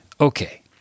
Okay